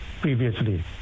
previously